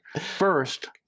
first